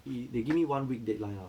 is they give me one week deadline ah